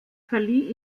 verlieh